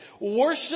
Worship